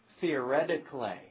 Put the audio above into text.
theoretically